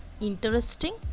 interesting